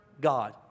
God